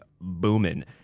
booming